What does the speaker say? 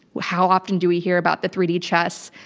how often do we hear about the three d chess?